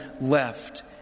left